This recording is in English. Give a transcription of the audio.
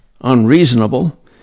unreasonable